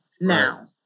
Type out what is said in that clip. now